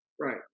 right